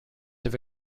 have